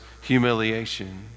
humiliation